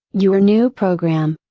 your new program.